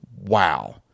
Wow